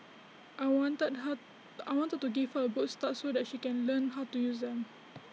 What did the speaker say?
I wanted her I wanted to give her A good start so that she can learn how to use them